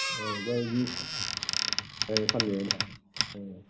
ओ जाय जेखि ओ फाननायाव ना ओं